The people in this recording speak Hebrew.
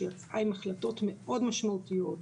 שיצאה עם החלטות מאוד משמעותיות,